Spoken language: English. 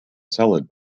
salad